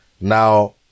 Now